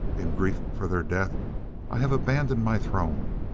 in grief for their death i have abandoned my throne,